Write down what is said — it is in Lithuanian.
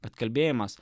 kad kalbėjimas